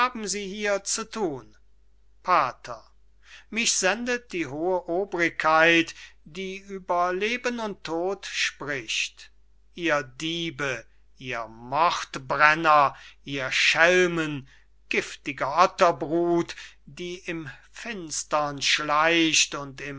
hier zu thun pater mich sendet die hohe obrigkeit die über leben und tod spricht ihr diebe ihr mordbrenner ihr schelmen giftige otterbrut die im finstern schleicht und